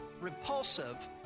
repulsive